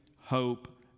hope